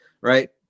right